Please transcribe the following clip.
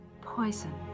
poison